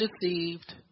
deceived